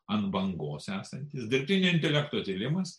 ant bangos esantis dirbtinio intelekto tyrimas